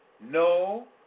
no